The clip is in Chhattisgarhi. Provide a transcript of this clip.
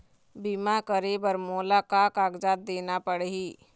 बीमा करे बर मोला का कागजात देना पड़ही?